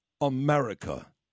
America